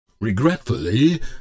Regretfully